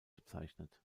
bezeichnet